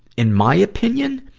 in my opinion,